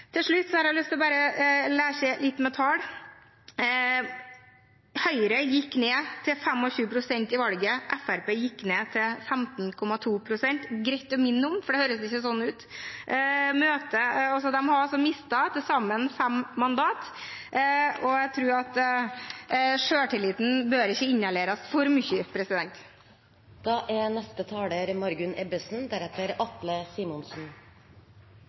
Til slutt vil jeg bare leke litt med tall. Høyre gikk ned til 25 pst. i valget, Fremskrittspartiet gikk ned til 15,2 pst. – greit å minne om, for det høres ikke sånn ut. De har mistet til sammen fem mandat, og jeg tror at selvtilliten ikke bør inhaleres for